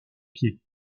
pieds